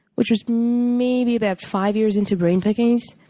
which was maybe about five years into brainpickings,